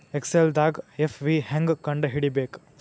ಎಕ್ಸೆಲ್ದಾಗ್ ಎಫ್.ವಿ ಹೆಂಗ್ ಕಂಡ ಹಿಡಿಬೇಕ್